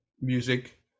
music